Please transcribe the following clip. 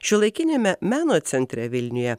šiuolaikiniame meno centre vilniuje